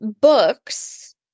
books